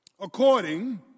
According